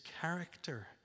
character